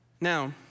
Now